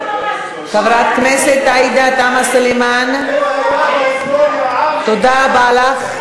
חברת הכנסת עאידה תומא סלימאן, תודה רבה לך.